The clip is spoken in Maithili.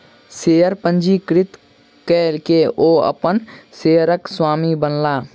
शेयर पंजीकृत कय के ओ अपन शेयरक स्वामी बनला